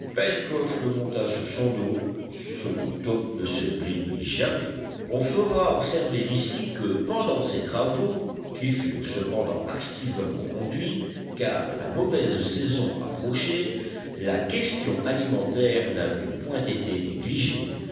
le monta sur son dos ce dont top ne se plaignit jamais on fera observer ici que pendant ces travaux qui furent cependant activement conduits car la mauvaise saison approchait la question alimentaire n'avait point été négligée